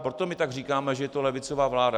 Proto my tak říkáme, že je to levicová vláda.